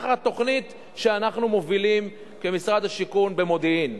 אני אספר לכם: תוכנית שאנחנו מובילים כמשרד השיכון במודיעין,